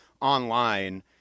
online